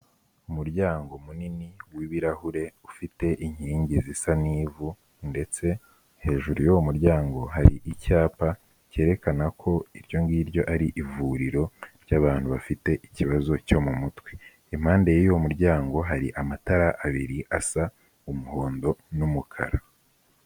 Umuryango munini w'ibirahure ufite inkingi zisa n'ivu, ndetse hejuru y'uwo muryango hari icyapa cyerekana ko iryo ngiryo ari ivuriro ry'abantu bafite ikibazo cyo mu mutwe. Impande y'uwo muryango hari amatara abiri asa umuhondo n'umukara.